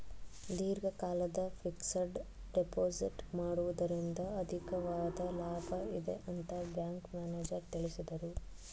ದೀರ್ಘಕಾಲದ fixed deposit ಮಾಡುವುದರಿಂದ ಅಧಿಕವಾದ ಲಾಭ ಇದೆ ಅಂತ ಬ್ಯಾಂಕ್ ಮ್ಯಾನೇಜರ್ ತಿಳಿಸಿದರು